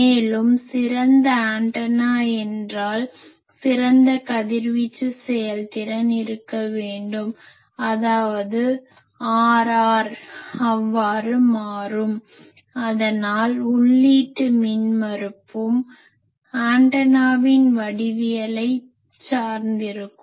மேலும் சிறந்த ஆண்டனா என்றால் சிறந்த கதிர்வீச்சு செயல்திறன் இருக்க வேண்டும் அதாவது Rr அவ்வாறு மாறும் அதனால் உள்ளீட்டு மின்மறுப்பும் ஆண்டனாவின் வடிவவியலைப் சார்ந்திருக்கும்